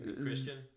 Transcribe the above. Christian